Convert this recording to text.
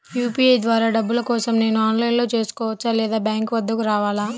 UPI ద్వారా డబ్బులు కోసం నేను ఆన్లైన్లో చేసుకోవచ్చా? లేదా బ్యాంక్ వద్దకు రావాలా?